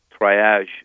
triage